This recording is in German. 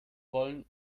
wollen